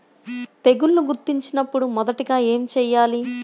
తెగుళ్లు గుర్తించినపుడు మొదటిగా ఏమి చేయాలి?